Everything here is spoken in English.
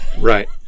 Right